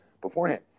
beforehand